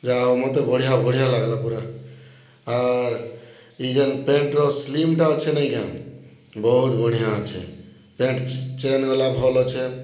ଯାହା ହଉ ମୋତେ ବଢ଼ିଆ ବଢ଼ିଆ ଲାଗ୍ଲା ପୁରା ଆର୍ ଇ ଯେନ୍ ପ୍ୟାଣ୍ଟ୍ର ସ୍ଲିମ୍ଟା ଅଛେ ନାଇଁକେ ବହୁତ୍ ବଢ଼ିଆଁ ଅଛେ ପ୍ୟାଣ୍ଟ୍ ଚେନ୍ ଗଲା ଭଲ୍ ଅଛେ